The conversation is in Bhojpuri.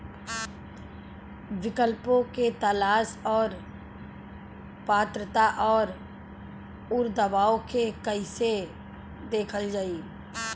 विकल्पों के तलाश और पात्रता और अउरदावों के कइसे देखल जाइ?